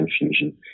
confusion